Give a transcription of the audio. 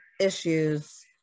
issues